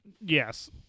Yes